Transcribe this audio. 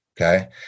Okay